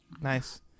Nice